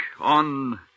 on